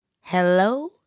hello